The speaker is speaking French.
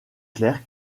clerc